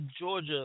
Georgia –